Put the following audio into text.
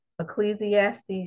Ecclesiastes